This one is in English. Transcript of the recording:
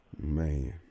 Man